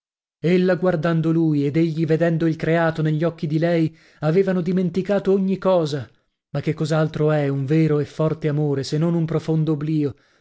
piena ella guardando lui ed egli vedendo il creato negli occhi di lei avevano dimenticato ogni cosa ma che cos'altro è un vero e forte amore se non un profondo oblio